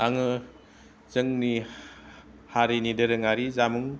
आङो जोंनि हारिनि दोरोङारि जामुं